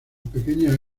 pequeñas